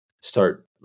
start